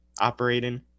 operating